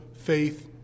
faith